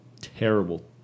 terrible